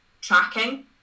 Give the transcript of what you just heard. tracking